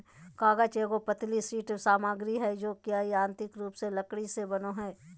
कागज एगो पतली शीट सामग्री हइ जो यांत्रिक रूप से लकड़ी से बनो हइ